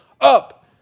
Up